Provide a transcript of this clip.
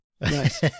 Nice